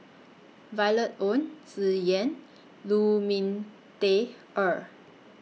Violet Oon Tsung Yeh and Lu Ming Teh Earl